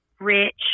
rich